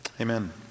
Amen